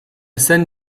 seine